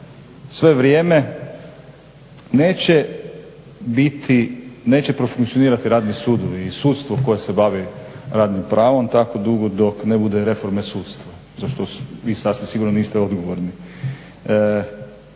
sve vrijeme, neće biti, neće profunkcionirati radni sudovi i sudstvo koje se bavi radnim pravom tako dugo dok ne bude reforme sudstva za što vi sasvim sigurno niste odgovorni.